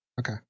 Okay